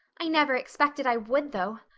i never expected i would, though.